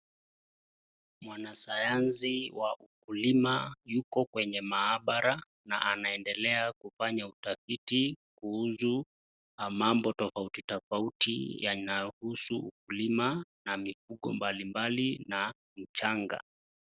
Mwanasayansi wa ukulima yuko kwenye maabara na anendelea kufanya utafiti kuhusu mambo toafuti tofauti yanayohusu ukilima, na mifugo mbalimbali na mchanga.